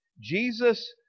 Jesus